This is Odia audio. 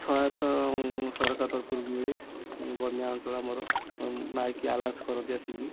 ସହାୟତା ସରକାର ତରଫରୁ ମିଳେ ବନ୍ୟା ଅଞ୍ଚଳ ଆମର ମାଇକ୍ ଆନାଉନ୍ସ କରନ୍ତି ଆସିକି